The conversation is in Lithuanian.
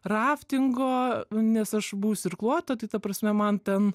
raftingo nes aš buvusi irkluotoja tai ta prasme man ten